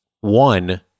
One